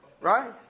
Right